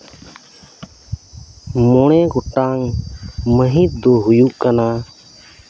ᱢᱚᱬᱮ ᱜᱚᱴᱟᱱ ᱢᱟᱹᱦᱤᱛ ᱫᱚ ᱦᱩᱭᱩᱜ ᱠᱟᱱᱟ